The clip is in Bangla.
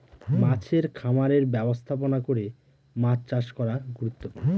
মাছের খামারের ব্যবস্থাপনা করে মাছ চাষ করা গুরুত্বপূর্ণ